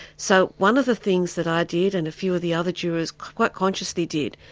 so one of the things that i did and a few of the other jurors quite consciously did,